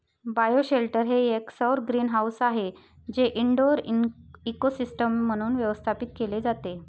bioshelter हे एक सौर ग्रीनहाऊस आहे जे इनडोअर इकोसिस्टम म्हणून व्यवस्थापित केले जाते